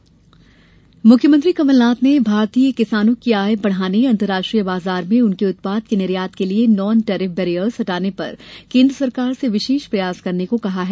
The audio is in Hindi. कमलनाथ कृषि मुख्यमंत्री कमलनाथ ने भारतीय कृषकों की आय बढ़ाने अंतर्राष्ट्रीय बाजार में उनके उत्पाद के निर्यात के लिए नॉन टेरिफ बेरियर्स हटाने पर केन्द्र सरकार से विशेष प्रयास करने को कहा है